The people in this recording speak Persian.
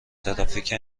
ترافیک